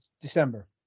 December